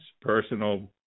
Personal